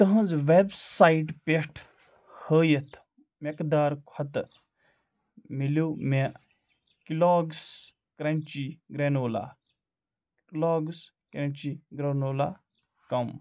تُہٕنٛزِ ویب سایٹہٕ پیٚٹھ ہٲوِتھ میٚقدار کھۄتہٕ میلٮٛو مےٚ Kellogg's crunchy granola Kellogg's crunchy granola کم